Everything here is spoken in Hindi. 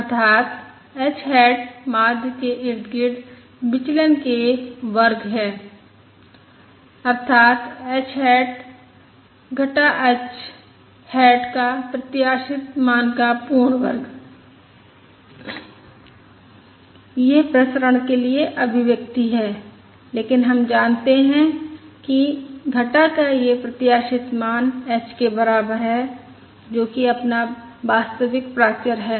अर्थात h हैट माध्य के इर्द गिर्द विचलन के वर्ग है अर्थात h हैट घटा h हैट का प्रत्याशित मान का पूर्ण वर्ग यह प्रसरण के लिए अभिव्यक्ति है लेकिन हम जानते हैं कि घटा का यह प्रत्याशित मान h के बराबर है जो कि अपना वास्तविक प्राचर है